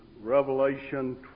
Revelation